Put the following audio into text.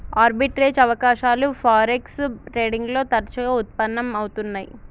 arbitrage అవకాశాలు forex trading లో తరచుగా వుత్పన్నం అవుతున్నై